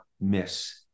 miss